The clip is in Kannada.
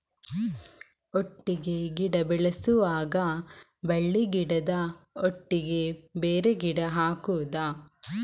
ಒಟ್ಟಿಗೆ ಗಿಡ ಬೆಳೆಸುವಾಗ ಬಳ್ಳಿ ಗಿಡದ ಒಟ್ಟಿಗೆ ಬೇರೆ ಗಿಡ ಹಾಕುದ?